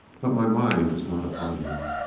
but my mind was not upon him.